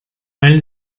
weil